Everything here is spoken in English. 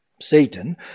Satan